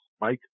Mike